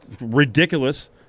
ridiculous